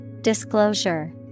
Disclosure